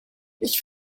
ich